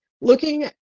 looking